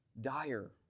dire